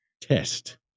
test